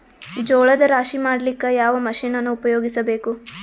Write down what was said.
ಜೋಳದ ರಾಶಿ ಮಾಡ್ಲಿಕ್ಕ ಯಾವ ಮಷೀನನ್ನು ಉಪಯೋಗಿಸಬೇಕು?